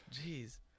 Jeez